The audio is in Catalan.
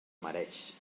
mereix